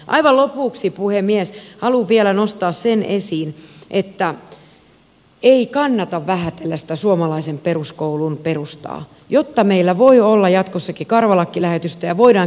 aivan lopuksi puhemies haluan vielä nostaa sen esiin että ei kannata vähätellä sitä suomalaisen peruskoulun perustaa jotta meillä voi olla jatkossakin karvalakkilähetystöjä voidaan käydä ulkomailla